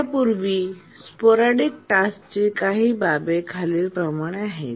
त्यापूर्वी स्पोरॅडीकटास्क ची काही बाबी खालीलप्रमाणे आहेत